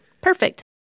Perfect